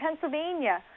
Pennsylvania